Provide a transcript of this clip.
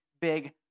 big